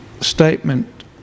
statement